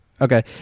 okay